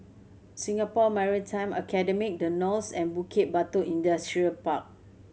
Singapore Maritime Academy The Knolls and Bukit Batok Industrial Park